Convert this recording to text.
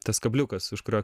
tas kabliukas už kurio